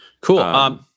Cool